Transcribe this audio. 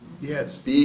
Yes